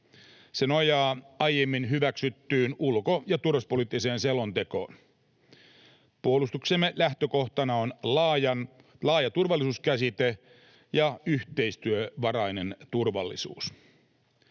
Se nojaa aiemmin hyväksyttyyn ulko- ja turvallisuuspoliittiseen selontekoon. Puolustuksemme lähtökohtana on laaja turvallisuuskäsite ja yhteistyövarainen turvallisuus.